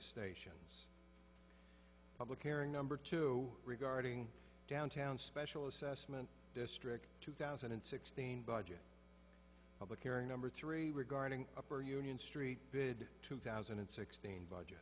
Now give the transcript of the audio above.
stations public airing number two regarding downtown special assessment district two thousand and sixteen budget public airing number three regarding upper union street bid two thousand and sixteen budget